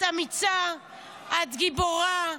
את אמיצה, את גיבורה.